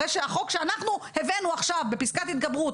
אחרי שהחוק שאנחנו הבאנו עכשיו בפסקת התגברות